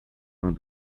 vingt